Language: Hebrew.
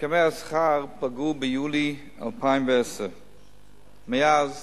הסכמי השכר פגו ביולי 2010. מאז